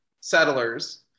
settlers